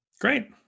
Great